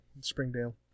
Springdale